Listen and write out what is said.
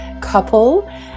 couple